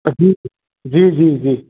मच्छी जी जी जी